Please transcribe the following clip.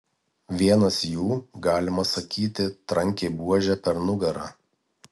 vienas jų galima sakyti trankė buože per nugarą